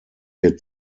wird